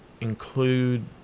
include